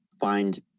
find